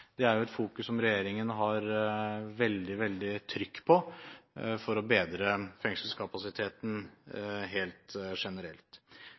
et fokus som regjeringen har veldig, veldig trykk på, for å bedre fengselskapasiteten helt generelt.